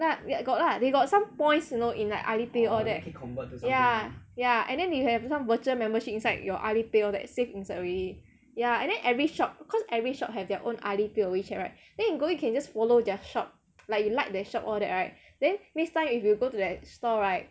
na~ we~ got lah they got some points you know in like Alipay all that ya ya and then you have some virtual membership inside your Alipay all that save inside already ya and then every shop cause every shop have their own Alipay or Wechat right then you go in can just follow their shop like you like their shop all that right then next time if you go to that store right